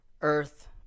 earth